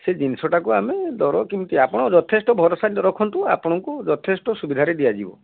ସେ ଜିନିଷଟାକୁ ଆମେ ଦର କେମିତି ଆପଣ ଯଥେଷ୍ଟ ଭରଷା ରଖନ୍ତୁ ଆପଣଙ୍କୁ ଯଥେଷ୍ଟ ସୁବିଧାରେ ଦିଆଯିବ